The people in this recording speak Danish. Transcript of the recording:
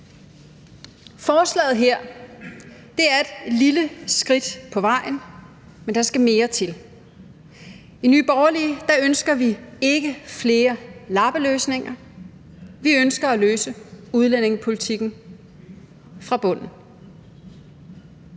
Forslaget her er et lille skridt på vejen, men der skal mere til. I Nye Borgerlige ønsker vi ikke flere lappeløsninger – vi ønsker at løse udlændingepolitikken fra bunden.